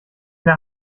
der